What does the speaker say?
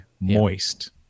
Moist